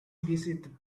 visited